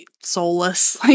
soulless